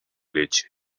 leche